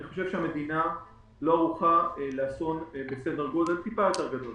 אני חושב שהמדינה לא ערוכה לאסון בסדר גודל טיפה יותר גדול.